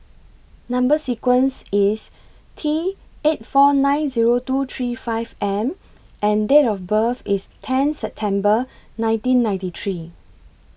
Number sequence IS T eight four nine Zero two three five M and Date of birth IS tenth September nineteen ninety three